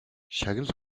шагнал